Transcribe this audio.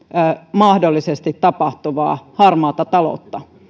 mahdollisesti tapahtuvaa harmaata taloutta